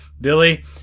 Billy